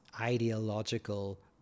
ideological